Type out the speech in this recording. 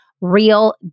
real